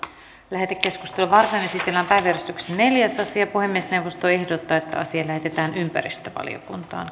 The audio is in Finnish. lähetekeskustelua varten esitellään päiväjärjestyksen neljäs asia puhemiesneuvosto ehdottaa että asia lähetetään ympäristövaliokuntaan